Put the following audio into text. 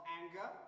anger